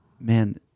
man